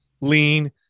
lean